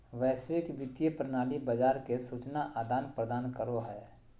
वैश्विक वित्तीय प्रणाली बाजार के सूचना आदान प्रदान करो हय